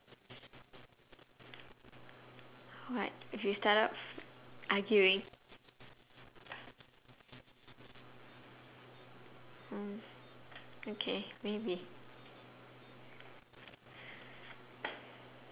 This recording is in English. what if you start up arguing mm okay maybe